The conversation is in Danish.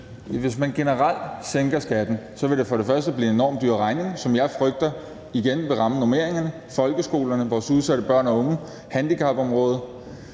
Hvis man generelt sænker skatten, vil det for det første blive en enormt stor regning, som jeg frygter igen vil ramme normeringerne, folkeskolerne, vores udsatte børn og unge, handicapområdet.